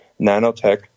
nanotech